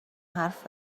حرف